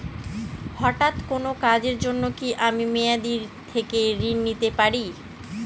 হঠাৎ কোন কাজের জন্য কি আমি মেয়াদী থেকে ঋণ নিতে পারি?